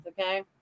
okay